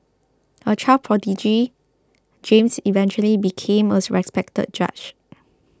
a child prodigy James eventually became a respected judge